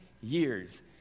years